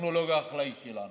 בטכנולוגיה החקלאית שלנו,